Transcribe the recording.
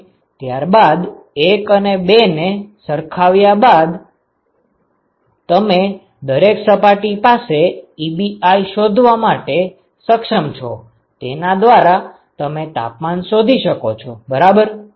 અને ત્યાર બાદ 1 અને 2 ને સરખાવ્યા બાદ તમે દરેક સપાટી માટે Ebi શોધવા માટે સક્ષમ છો તેના દ્વારા તમે તાપમાન શોધી શકો છો બરાબર